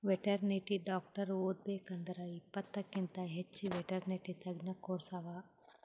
veterinary doctor ಓದಬೇಕ್ ಅಂದ್ರ ಇಪ್ಪತ್ತಕ್ಕಿಂತ್ ಹೆಚ್ಚ್ ವೆಟೆರ್ನಿಟಿ ತಜ್ಞ ಕೋರ್ಸ್ ಅವಾ